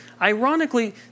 ironically